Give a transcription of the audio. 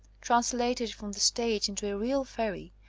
translated from the stage into a real fairy,